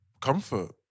Comfort